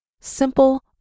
Simple